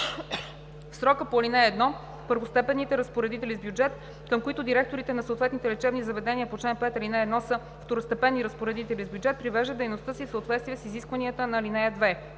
В срока по ал. 1 първостепенните разпоредители с бюджет, към които директорите на съответните лечебни заведения по чл. 5, ал. 1 са второстепенни разпоредители с бюджет, привеждат дейността си в съответствие с изискванията на ал. 2.